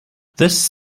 this